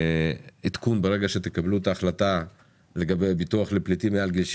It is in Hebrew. עדכון ברגע שתקבלו את ההחלטה לגבי ביטוח לפליטים מעל גיל 60,